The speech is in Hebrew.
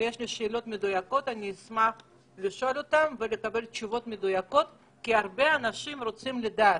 תשובות מדויקות לשאלות המדויקות שלי כי הרבה אנשים רוצים לדעת.